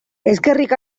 eskerrik